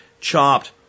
chopped